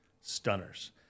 Stunners